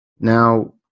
Now